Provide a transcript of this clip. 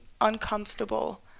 uncomfortable